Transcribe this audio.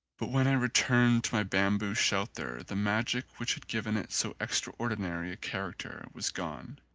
but when i returned to my bamboo shelter the magic which had given it so extraordi nary a character was gone.